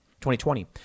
2020